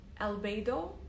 albedo